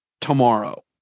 tomorrow